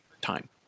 time